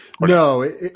No